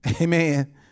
Amen